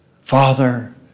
Father